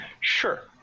Sure